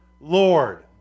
Lord